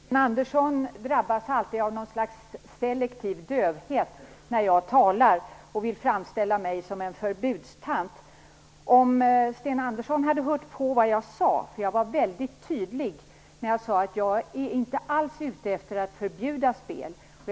Herr talman! Sten Andersson drabbas alltid av något slags selektiv dövhet när jag talar. Han vill framställa mig som något slags förbudstant. Om Sten Andersson hade hört på vad jag sade hade han hört att jag inte alls är ute efter att förbjuda spel, och jag var väldigt tydlig på den punkten.